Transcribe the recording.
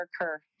occur